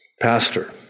Pastor